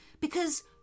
because